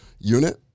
unit